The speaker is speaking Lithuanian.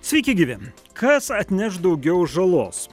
sveiki gyvenu kas atneš daugiau žalos